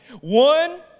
One